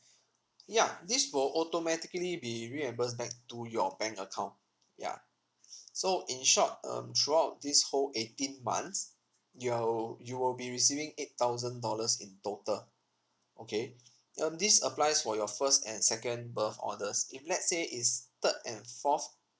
ya this will automatically be reimbursed back to your bank account ya so in short um throughout this whole eighteen months you're you will be receiving eight thousand dollars in total okay um this applies for your first and second birth orders if let's say it's third and fourth